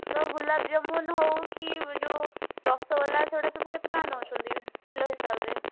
ଗୁଲାବଜାମୁନ୍ ହଉ କି ଯୋଉ ରସଗୋଲା ସେଗୁଡ଼ା ସବୁ କେତେ ଟଙ୍କା ନଉଛନ୍ତି କିଲୋ ହିସାବରେ